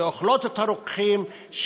שאוכלות את הרוקחים,